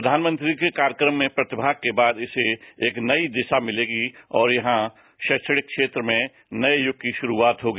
प्रघानमंत्री के कार्यक्रम में प्रतिमाग के बाद इसे एक नई दिशा मिलेगी और यहां रैवाणिक क्षेत्र में नए युग की शुरुआत होगी